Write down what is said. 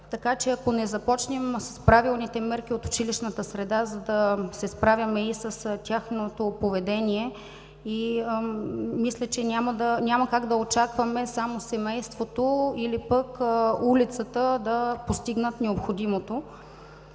децата. Ако не започнем с правилните мерки от училищната среда, за да се справяме и с тяхното поведение, мисля, че няма как да очакваме само семейството или пък улицата да постигнат необходимото.